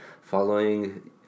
following